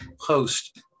post